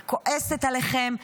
אני כועסת עליכם,